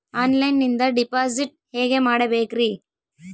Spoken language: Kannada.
ಆನ್ಲೈನಿಂದ ಡಿಪಾಸಿಟ್ ಹೇಗೆ ಮಾಡಬೇಕ್ರಿ?